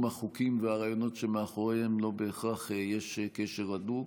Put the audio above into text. החוקים והרעיונות שמאחוריהם לא בהכרח יש קשר הדוק.